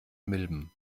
milben